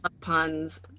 puns